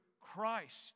Christ